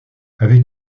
avec